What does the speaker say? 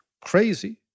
crazy